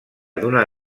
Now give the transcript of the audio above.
d’una